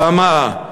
למה?